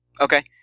Okay